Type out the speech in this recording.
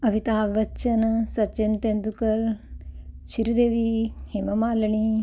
Amitabh Bachchan Sachin Tendulkar Sri Devi Hema Malini